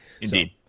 Indeed